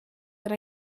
that